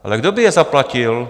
Ale kdo by je zaplatil?